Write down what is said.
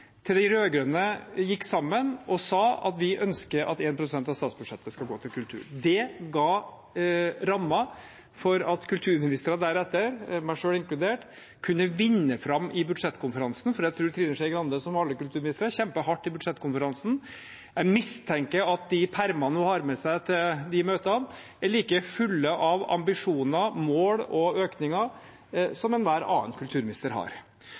før de rød-grønne gikk sammen og sa at vi ønsket at 1 pst. av statsbudsjettet skulle gå til kultur. Det ga rammen for at kulturministre deretter, meg selv inkludert, kunne vinne fram i budsjettkonferansen. Jeg tror Trine Skei Grande, som alle kulturministre, har kjempet hardt i budsjettkonferansen. Jeg mistenker at de permene hun har med seg til de møtene, er like fulle av ambisjoner, mål og økninger som enhver annen kulturminister har